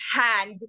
hand